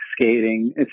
skating